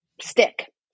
stick